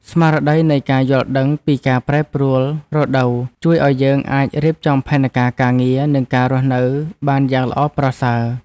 ស្មារតីនៃការយល់ដឹងពីការប្រែប្រួលរដូវជួយឱ្យយើងអាចរៀបចំផែនការការងារ និងការរស់នៅបានយ៉ាងល្អប្រសើរ។